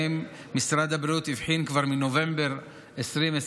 שמשרד הבריאות הבחין בהם כבר מנובמבר 2022,